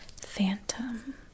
Phantom